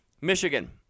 Michigan